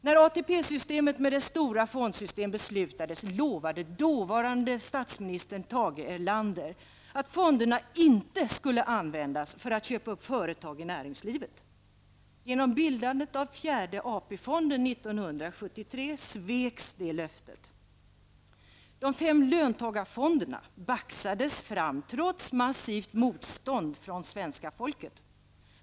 När ATP-systemet med dess stora fondsystem beslutades lovade dåvarande statsministern Tage Erlander att fonderna inte skulle användas för att köpa upp företag i näringslivet. Genom bildandet av fjärde AP-fonden 1973 sveks det löftet. De fem löntagarfonderna baxades fram trots massivt motstånd från det svenska folket.